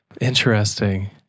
Interesting